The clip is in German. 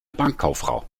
bankkauffrau